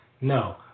No